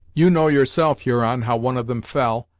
you know yourself, huron, how one of them fell.